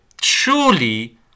Surely